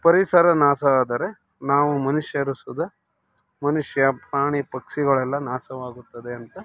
ಪರಿಸರ ನಾಶವಾದರೆ ನಾವು ಮನುಷ್ಯರು ಸುದ ಮನುಷ್ಯ ಪ್ರಾಣಿ ಪಕ್ಷಿಗಳೆಲ್ಲ ನಾಶವಾಗುತ್ತದೆ ಅಂತ